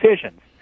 decisions